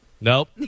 Nope